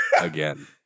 again